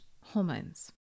hormones